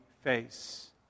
face